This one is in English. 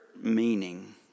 meaning